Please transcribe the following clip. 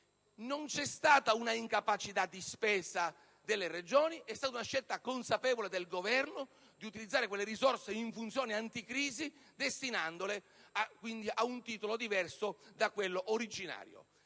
Non vi è stata un'incapacità di spesa delle Regioni: è stata una scelta consapevole del Governo, quella di utilizzare quelle risorse in funzione di crisi destinandole ad un titolo diverso da quello originario.